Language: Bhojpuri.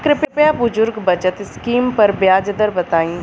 कृपया बुजुर्ग बचत स्किम पर ब्याज दर बताई